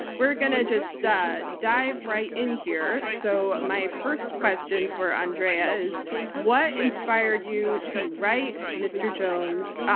we're going to just dive dive right in here. so my first question for andrea is what inspired you to write mr. jones,